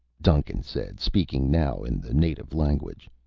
duncan said, speaking now in the native language.